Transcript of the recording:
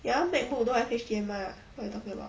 ya macbook don't have H_D_M_I [what] what you talking about